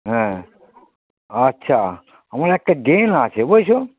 হ্যাঁ আচ্ছা আমার একটা ড্রেন আছে বুঝেছ